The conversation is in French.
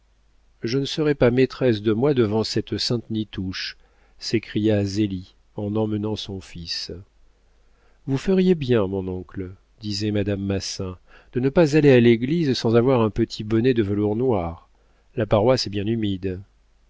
je ne serais pas maîtresse de moi devant cette sainte nitouche s'écria zélie en emmenant son fils vous feriez bien mon oncle disait madame massin de ne pas aller à l'église sans avoir un petit bonnet de velours noir la paroisse est bien humide